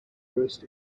burst